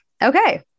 Okay